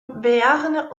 béarn